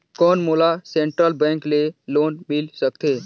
कौन मोला central bank ले लोन मिल सकथे?